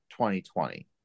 2020